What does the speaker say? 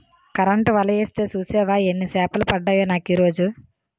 Current వల యేస్తే సూసేవా యెన్ని సేపలు పడ్డాయో నాకీరోజు?